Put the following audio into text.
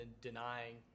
denying